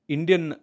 Indian